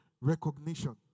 Recognition